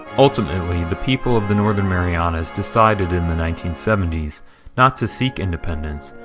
ultimately, the people of the northern marianas decided in the nineteen seventy s not to seek independence,